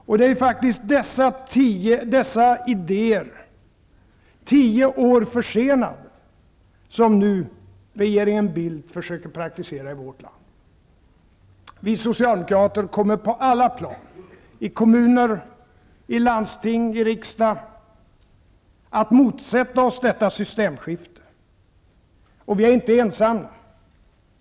Och det är ju faktiskt dessa idéer, tio år försenade, som regeringen Bildt nu försöker praktisera i vårt land. Vi socialdemokrater kommer på alla plan -- i kommuner, landsting och riksdag -- att motsätta oss detta systemskifte. Och vi är inte ensamma.